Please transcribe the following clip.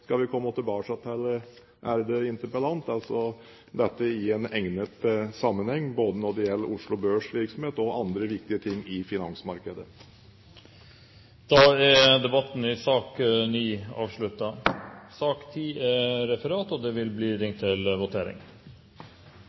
Vi skal komme tilbake til dette i en egnet sammenheng, både når det gjelder Oslo Børs’ virksomhet og andre viktige ting i finansmarkedet. Da er debatten i sak nr. 9 avsluttet. Da skal vi gå til votering. Sak nr. 1, utenriksministerens redegjørelse om viktige EU- og